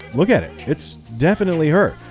look at it, it's definitely her.